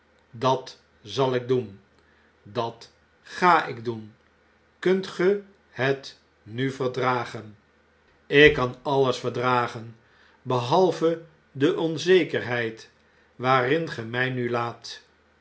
dat zal ik doen dat ga ik doen kuntge het nu verdragen ik kan alles verdragen behalve de onzekerheid waarin ge mij nu laat